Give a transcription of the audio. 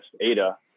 Ada